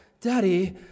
daddy